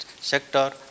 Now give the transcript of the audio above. sector